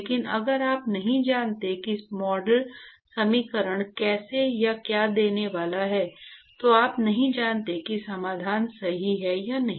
लेकिन अगर आप नहीं जानते कि मॉडल समीकरण कैसे या क्या देने वाला है तो आप नहीं जानते कि समाधान सही है या नहीं